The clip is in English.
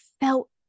felt